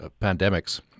pandemics